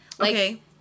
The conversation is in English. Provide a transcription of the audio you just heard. Okay